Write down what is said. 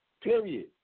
Period